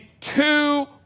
two